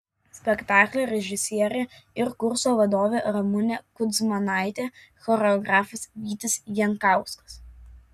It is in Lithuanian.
spektaklio režisierė ir kurso vadovė ramunė kudzmanaitė choreografas vytis jankauskas